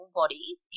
bodies